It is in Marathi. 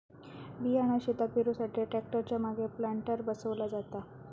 बियाणा शेतात पेरुसाठी ट्रॅक्टर च्या मागे प्लांटर बसवला जाता